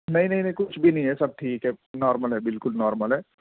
نہیں نہیں نہیں کچھ بھی نہیں ہے سب ٹھیک ہے نارمل ہے بالکل نارمل ہے